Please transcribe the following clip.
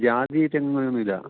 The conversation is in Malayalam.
ജാതി തെങ്ങ് അങ്ങനെ ഒന്നും ഇല്ല